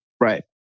Right